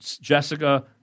Jessica